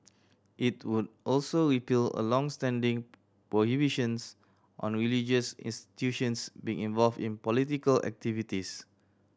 it would also repeal a long standing prohibitions on religious institutions being involved in political activities